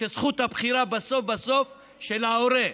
שזכות הבחירה היא בסוף בסוף של ההורה.